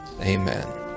amen